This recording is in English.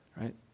right